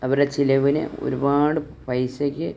അവരുടെ ചിലവിന് ഒരുപാട് പൈസക്ക്